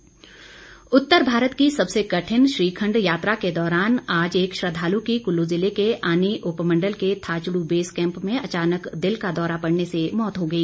श्रद्वालु मौत उत्तर भारत की सबसे कठिन श्रीखंड यात्रा के दौरान आज एक श्रद्वालु की कुल्लू जिले के आनी उपमंडल के थाचड़ बेस कैम्प में अचानक दिल का दौरा पड़ने से मौत हो गई